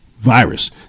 virus